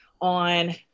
on